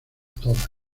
todas